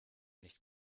nicht